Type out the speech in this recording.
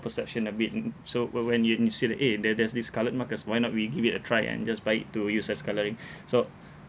perception a bit mm mm so whe~ when you when you say that eh there there this coloured markers why not we give it a try and just buy it to use as colouring so